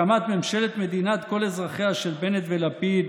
הקמת ממשלת מדינת כל אזרחיה של בנט ולפיד,